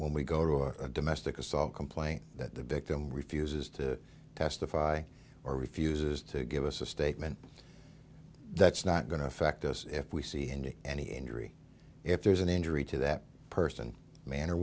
when we go to a domestic assault complaint that the victim refuses to testify or refuses to give us a statement that's not going to affect us if we see in any injury if there's an injury to that person man or